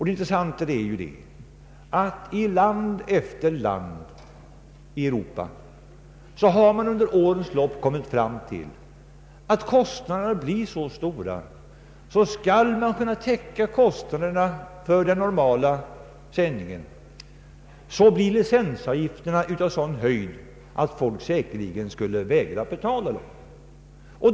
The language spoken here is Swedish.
Det intressanta är att i land efter land i Europa har man under årens lopp kommit fram till att kostnaderna redan för den så att säga normala sändningen blir så stora att man får licensavgifter av sådan höjd att folk säkerligen skulle vägra betala dem.